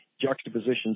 juxtapositions